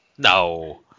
No